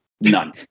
None